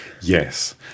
Yes